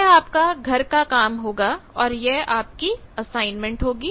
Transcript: यह आपका घर का काम होगा और यह आपकी असाइनमेंट होगी